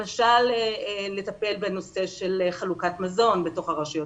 למשל לטפל בנושא של חלוקת מזון בתוך הרשויות